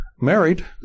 married